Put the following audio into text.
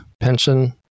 pension